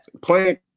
playing